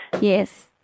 Yes